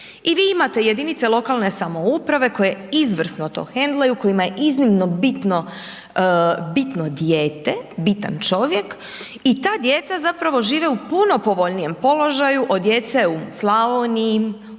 I vi imate jedinice samouprave koje izvrsno to hendlaju, kojima je iznimno bitno, bitno dijete, bitan čovjek i ta djeca zapravo žive u puno povoljnijem položaju od djece u Slavoniji,